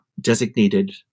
designated